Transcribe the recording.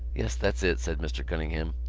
yes, that's it, said mr. cunningham,